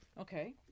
Okay